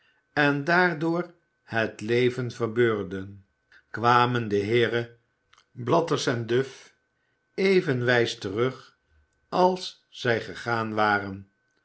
en daardoor het leven verbeurden kwamen de heeren blathers en duff even wijs terug als zij gegaan waren